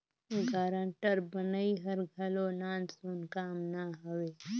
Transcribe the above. guarantor बनई हर घलो नानसुन काम ना हवे